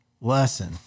lesson